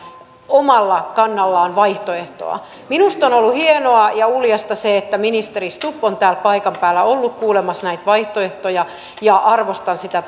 omalla kannallaan vaihtoehtoa minusta on ollut hienoa ja uljasta se että ministeri stubb on täällä paikan päällä ollut kuulemassa näitä vaihtoehtoja ja arvostan sitä